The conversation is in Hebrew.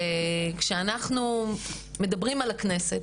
וכשאנחנו מדברים על הכנסת,